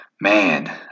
man